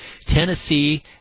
Tennessee